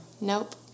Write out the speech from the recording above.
Nope